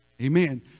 Amen